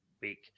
week